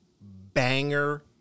banger